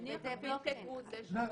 באיזה בלוקצ'יין אחד.